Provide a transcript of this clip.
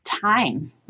time